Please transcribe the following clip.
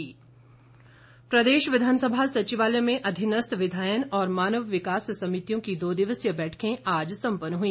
समिति बैठक प्रदेश विधानसभा सचिवालय में अधीनस्थ विधायन और मानव विकास समितियों की दो दिवसीय बैठकें आज संपन्न हुई